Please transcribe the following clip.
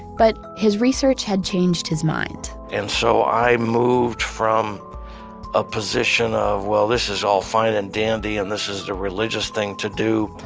but his research had changed his mind and so i moved from a position of, well, this is all fine and dandy and this is the religious thing to do,